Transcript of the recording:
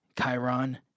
Chiron